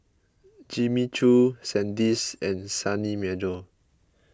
Jimmy Choo Sandisk and Sunny Meadow